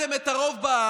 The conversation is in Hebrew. אתם קיבלתם את הרוב בעם,